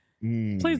Please